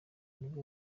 nibwo